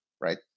Right